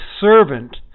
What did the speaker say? servant